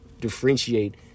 differentiate